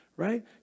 right